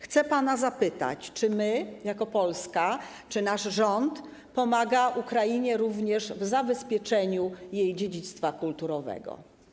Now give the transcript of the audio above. Chcę pana zapytać: Czy my jako Polska pomagamy, czy nasz rząd pomaga Ukrainie również w zabezpieczaniu jej dziedzictwa kulturowego?